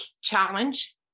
challenge